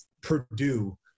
Purdue